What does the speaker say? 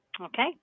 Okay